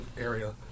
area